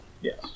Yes